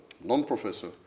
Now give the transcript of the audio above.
non-professor